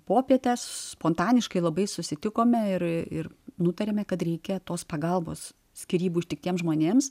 popietę spontaniškai labai susitikome ir nutarėme kad reikia tos pagalbos skyrybų ištiktiems žmonėms